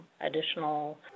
additional